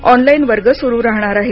online वर्ग सुरू राहणार आहेत